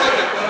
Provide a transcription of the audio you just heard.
בסדר.